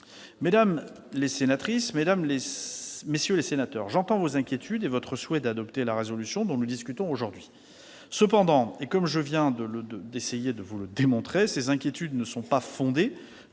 Mesdames les sénatrices, messieurs les sénateurs, j'entends vos inquiétudes et votre souhait d'adopter la proposition de résolution dont nous discutons aujourd'hui. Cependant, comme je viens d'essayer de le démontrer, ces inquiétudes ne sont pas fondées